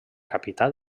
capità